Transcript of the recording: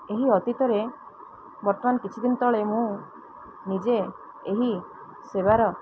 ଏହି ଅତୀତରେ ବର୍ତ୍ତମାନ କିଛି ଦିନ ତଳେ ମୁଁ ନିଜେ ଏହି ସେବାର